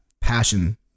passion